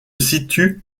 situent